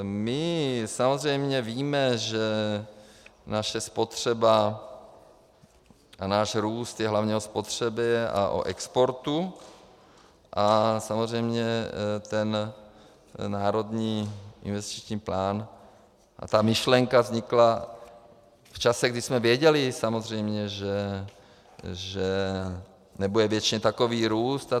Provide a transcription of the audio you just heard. My samozřejmě víme, že naše spotřeba a náš růst je hlavně o spotřebě a o exportu, a samozřejmě ten národní investiční plán a ta myšlenka vznikla v čase, kdy jsme věděli samozřejmě, že nebude věčně takový růst.